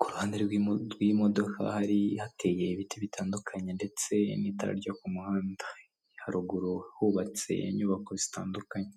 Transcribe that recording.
ku ruhande rw'imodoka hateye ibiti bitandukanye ndetse n'itara ryo ku muhanda haruguru hubatse inyubako zitandukanye.